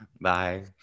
bye